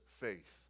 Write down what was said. faith